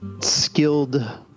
skilled